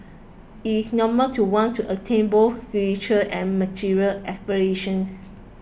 it is normal to want to attain both spiritual and material aspirations